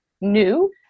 new